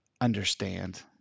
Understand